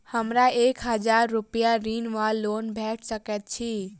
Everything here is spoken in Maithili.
हमरा एक हजार रूपया ऋण वा लोन भेट सकैत अछि?